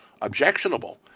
objectionable